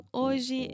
hoje